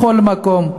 בכל מקום.